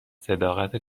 صداقت